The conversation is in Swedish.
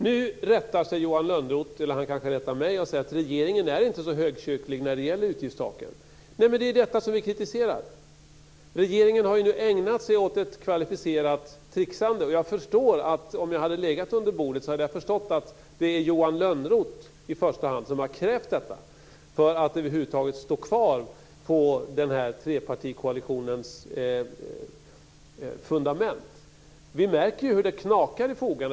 Nu rättar Johan Lönnroth mig och säger att regeringen inte är så högkyrklig när det gäller utgiftstaken. Nej, men det är ju detta som vi kritiserar. Regeringen har nu ägnat sig åt ett kvalificerat tricksande. Om jag hade legat under bordet hade jag förstått att det är Johan Lönnroth i första hand som krävt detta för att över huvud taget stå kvar på trepartikoalitionens fundament. Vi märker hur det knakar i fogarna.